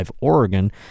Oregon